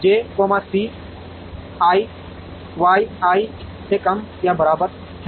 j C i Y i से कम या बराबर है